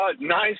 nice